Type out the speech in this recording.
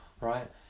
right